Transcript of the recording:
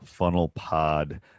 FUNNELPOD